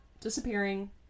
disappearing